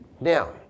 Now